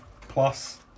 plus